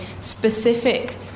specific